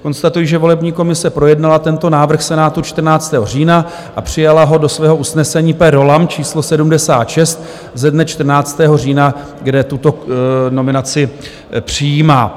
Konstatuji, že volební komise projednala tento návrh Senátu 14. října a přijala ho do svého usnesení per rollam číslo 76 ze dne 14. října, kde tuto nominaci přijímá.